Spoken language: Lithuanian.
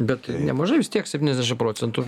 bet nemažai vis tiek septyniasdešim procentų